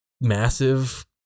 massive